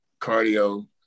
cardio